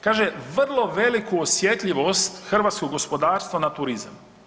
Kaže vrlo veliku osjetljivost hrvatskog gospodarstva na turizam.